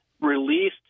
released